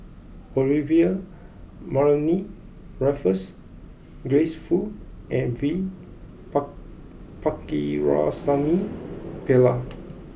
Olivia Mariamne Raffles Grace Fu and V Par Pakirisamy Pillai